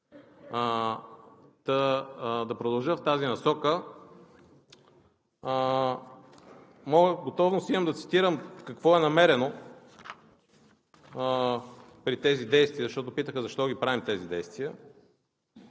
Да продължа в тази насока. Готовност имам да цитирам какво е намерено при тези действия, защото питаха защо ги правим тези действия.